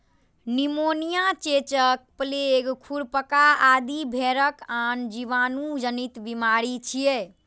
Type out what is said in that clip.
pneumonia, चेचक, plague, खुरपका आदि भेड़क आन जीवाणु जनित बीमारी छियै